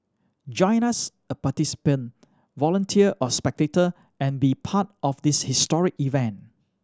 join us a participant volunteer or spectator and be part of this historic event